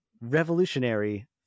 revolutionary